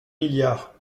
milliards